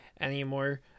anymore